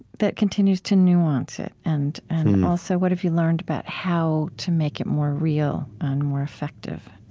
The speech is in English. that continues to nuance it, and also what have you learned about how to make it more real and more effective?